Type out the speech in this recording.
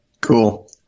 Cool